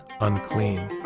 unclean